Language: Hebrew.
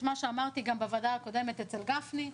מה שאמרתי גם בוועדה הקודמת אצל גפני,